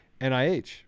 NIH